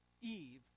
Eve